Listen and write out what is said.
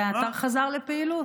והאתר חזר לפעילות.